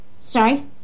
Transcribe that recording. Sorry